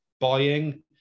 buying